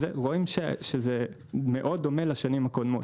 רואים שזה מאוד דומה לשנים הקודמות.